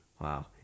Wow